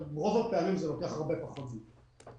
וברוב הפעמים זה לוקח הרבה פחות זמן.